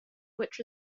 which